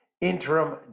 interim